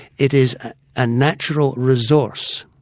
it is a natural resource,